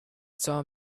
saw